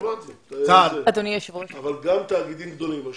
גם תאגידים גדולים.